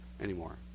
anymore